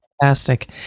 fantastic